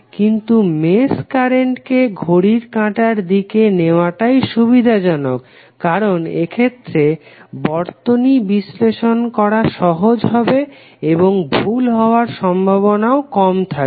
কিন্তু মেশ কারেন্টকে ঘড়ির কাঁটার দিকে নেওয়াটাই সুবিধাজনক কারণ এক্ষেত্রে বর্তনী বিশ্লেষণ করা সহজ হবে এবং ভুল হবার সম্ভাবনাও কম থাকবে